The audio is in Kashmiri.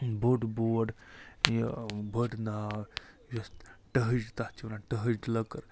بوٚڈ بورڈ یہِ بٔڑ ناو یۄس ٹٔہٕج تَتھ چھِ وَنان ٹٔہٕج لٔکٕر